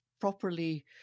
properly